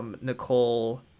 Nicole